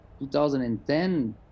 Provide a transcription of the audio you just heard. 2010